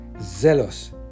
zealous